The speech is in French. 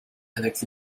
avec